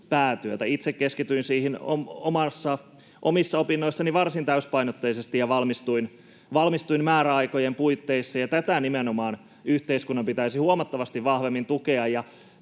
Itse keskityin omiin opintoihini varsin täysipainotteisesti ja valmistuin määräaikojen puitteissa. Tätä nimenomaan yhteiskunnan pitäisi huomattavasti vahvemmin tukea.